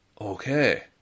Okay